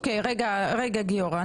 רגע גיורא,